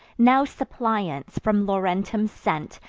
now suppliants, from laurentum sent,